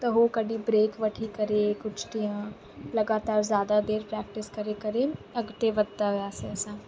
त उहो कॾहिं ब्रेक वठी करे कुझु ॾींहं लॻातारि ज़ादा देरि प्रेक्टिस करे करे अॻिते वधंदा वियासीं असां